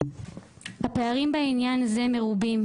הפערים בעניין הזה מרובים.